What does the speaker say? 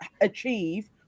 achieve